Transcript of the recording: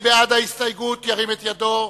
מי בעד ההסתייגות, ירים את ידו.